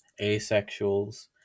asexuals